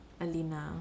Alina